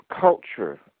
culture